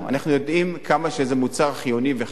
אנחנו יודעים עד כמה זה מוצר חיוני וחשוב.